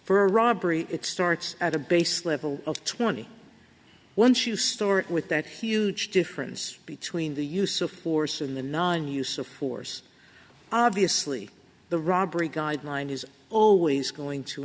for robbery it starts at a base level twenty once you start with that he huge difference between the use of force and the nine use of force obviously the robbery guideline is always going to